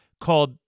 called